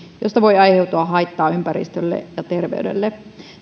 josta voi aiheutua haittaa ympäristölle ja terveydelle